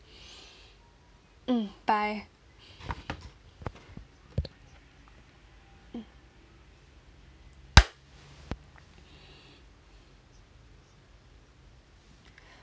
mm bye